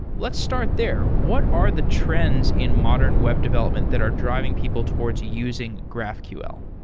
let's start there. what are the trends in modern web development that are driving people towards using graphql?